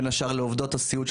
בין השאר לעובדות הסיעוד,